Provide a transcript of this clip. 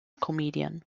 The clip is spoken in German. comedian